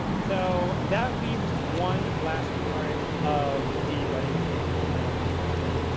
so, that leaves one last part of the wedding cake and then i'll take questions.